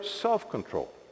self-control